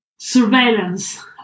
surveillance